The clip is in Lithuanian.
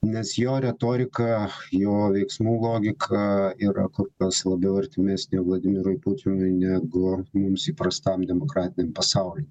nes jo retorika jo veiksmų logika yra kur kas labiau artimesnė vladimirui putinui negu mums įprastam demokratiniam pasauly